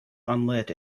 unlit